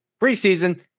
Preseason